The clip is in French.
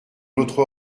notre